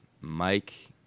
Mike